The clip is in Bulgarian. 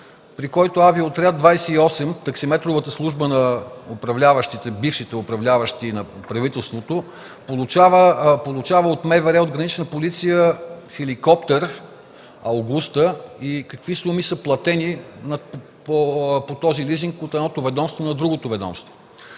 при който „Авиоторяд 28” – таксиметровата служба на бившите управляващи на правителството, получава от МВР и гранична полиция хеликоптер „Аугуста” и какви суми са платени по този лизинг от едното на другото ведомство.